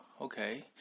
okay